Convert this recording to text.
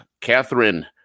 Catherine